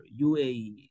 UAE